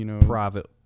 private